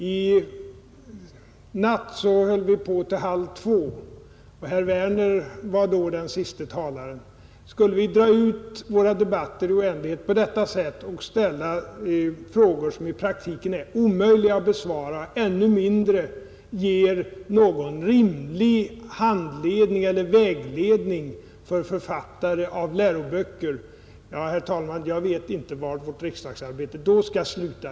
I natt höll vi på till klockan halv två, och herr Werner i Malmö var då den siste talaren, Skulle vi dra ut våra debatter i oändlighet på detta sätt och ställa frågor som i praktiken är omöjliga att besvara och ännu mindre ger någon rimlig vägledning för författare av läroböcker — ja, herr talman, jag vet inte var vårt riksdagsarbete då skulle sluta.